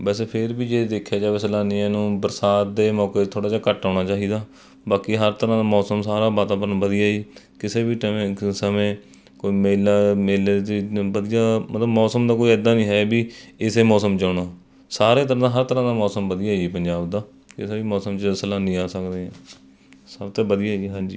ਵੈਸੇ ਫੇਰ ਵੀ ਜੇ ਦੇਖਿਆ ਜਾਵੇ ਸੈਲਾਨੀਆਂ ਨੂੰ ਬਰਸਾਤ ਦੇ ਮੌਕੇ ਥੋੜ੍ਹਾ ਜਿਹਾ ਘੱਟ ਆਉਣਾ ਚਾਹੀਦਾ ਬਾਕੀ ਹਰ ਤਰ੍ਹਾਂ ਦਾ ਮੌਸਮ ਸਾਰਾ ਵਾਤਾਵਰਨ ਵਧੀਆ ਜੀ ਕਿਸੇ ਵੀ ਟੈਮ ਸਮੇਂ ਕੋਈ ਮੇਲਾ ਮੇਲੇ 'ਚ ਵਧੀਆ ਮਤਲਬ ਮੌਸਮ ਦਾ ਕੋਈ ਇੱਦਾਂ ਨਹੀਂ ਹੈ ਵੀ ਇਸੇ ਮੌਸਮ 'ਚ ਆਉਣਾ ਸਾਰੇ ਤਰ੍ਹਾਂ ਦਾ ਹਰ ਤਰ੍ਹਾਂ ਦਾ ਮੌਸਮ ਵਧੀਆ ਏ ਪੰਜਾਬ ਦਾ ਕਿਸੇ ਵੀ ਮੌਸਮ 'ਚ ਸੈਲਾਨੀ ਆ ਸਕਦੇ ਹੈ ਸਭ ਤੋਂ ਵਧੀਆ ਹੈ ਜੀ ਹਾਂਜੀ